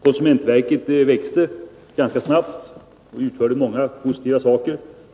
Konsumentverket växte ganska snabbt och utförde många positiva saker.